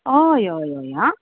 हय हय हय आं